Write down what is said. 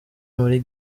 muri